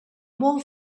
molt